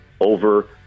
over